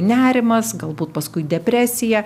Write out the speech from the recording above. nerimas galbūt paskui depresija